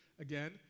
again